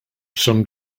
some